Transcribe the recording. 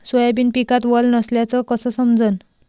Soybean पिकात वल नसल्याचं कस समजन?